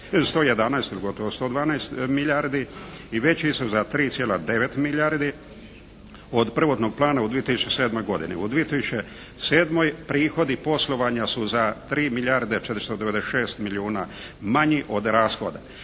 111 ili gotovo 112 milijardi i veći su za 3,9 milijardi od prvotnog plana u 2007. godini. U 2007. prihodi poslovanja su za 3 milijarde 496 milijuna manji od rashoda.